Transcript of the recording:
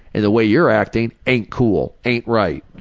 and the way you're acting ain't cool, ain't right.